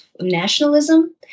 nationalism